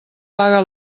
paga